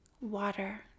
water